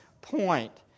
point